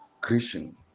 Christian